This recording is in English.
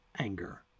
anger